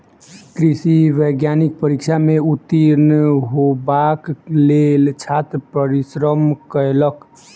कृषि वैज्ञानिक परीक्षा में उत्तीर्ण हेबाक लेल छात्र परिश्रम कयलक